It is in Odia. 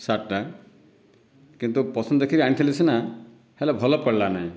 ସାର୍ଟଟା କିନ୍ତୁ ପସନ୍ଦ ଦେଖିକି ଆଣିଥିଲି ସିନା ହେଲେ ଭଲ ପଡ଼ିଲା ନାହିଁ